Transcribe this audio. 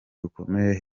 bukomeye